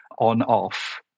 on-off